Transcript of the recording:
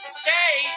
stay